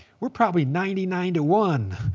we're probably ninety nine to one.